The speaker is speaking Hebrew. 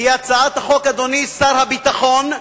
אדוני שר הביטחון,